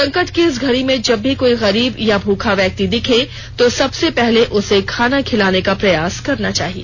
संकट की इस घड़ी में जब भी कोई गरीब या भूखा व्यक्ति दिखे तो सबसे पहले उसे खाना खिलाने का प्रयास करना चाहिए